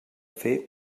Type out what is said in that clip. fer